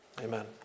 Amen